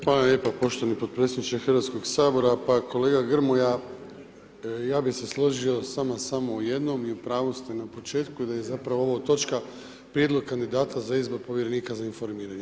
Hvala lijepa poštovani podpredsjedniče Hrvatskog sabora, pa kolega Grmoja ja bi se složio s vama samo u jednom i u pravu ste na početku da je zapravo ovo točka prijedlog kandidata za izbor povjerenika za informiranje.